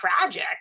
tragic